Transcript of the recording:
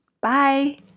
Bye